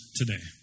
today